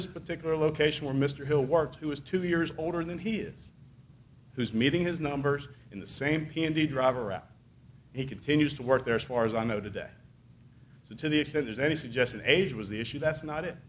this particular location where mr hill worked who is two years older than he is who's meeting his numbers in the same p n d drive around he continues to work there as far as i know today so to the extent there's any suggestion age was the issue that's not it